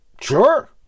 sure